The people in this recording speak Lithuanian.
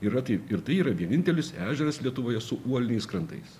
yra taip ir tai yra vienintelis ežeras lietuvoj su uoliniais krantais